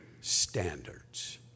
standards